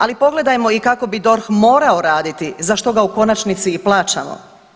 Ali pogledajmo i kako bi DORH morao raditi za što ga u konačnici i plaćamo.